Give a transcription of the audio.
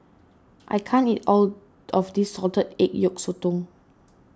I can't eat all of this Salted Egg Yolk Sotong